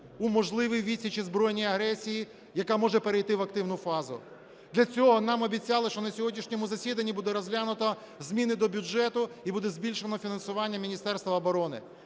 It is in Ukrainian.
у можливій відсічі збройній агресії, яка може перейти в активну фазу. Для цього нам обіцяли, що на сьогоднішньому засіданні буде розглянуто зміни до бюджету і буде збільшено фінансування Міністерства оборони.